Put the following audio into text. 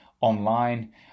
online